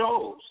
shows